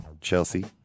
Chelsea